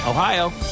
Ohio